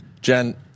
Jen